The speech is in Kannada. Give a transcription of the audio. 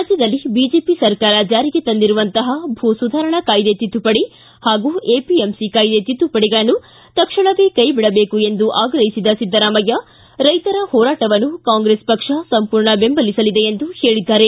ರಾಜ್ಯದಲ್ಲಿ ಬಿಜೆಪಿ ಸರ್ಕಾರ ಜಾರಿಗೆ ತಂದಿರುವಂತಹ ಭೂ ಸುಧಾರಣಾ ಕಾಯ್ದೆ ತಿದ್ದುಪಡಿ ಹಾಗೂ ಎಪಿಎಂಸಿ ಕಾಯ್ದೆ ತಿದ್ದುಪಡಿಗಳನ್ನು ತಕ್ಷಣ ಕೈಬಿಡಬೇಕು ಎಂದು ಆಗ್ರಹಿಸಿದ ಸಿದ್ದರಾಮಯ್ಯ ರೈತರ ಹೋರಾಟವನ್ನು ಕಾಂಗ್ರೆಸ್ ಪಕ್ಷ ಸಂಪೂರ್ಣ ಬೆಂಬಲಿಸಲಿದೆ ಎಂದು ಹೇಳಿದ್ದಾರೆ